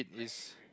is